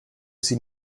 sie